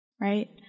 Right